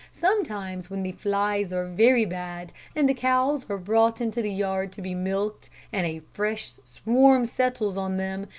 sometimes when the flies are very bad and the cows are brought into the yard to be milked and a fresh swarm settles on them,